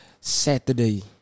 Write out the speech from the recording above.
Saturday